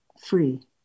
free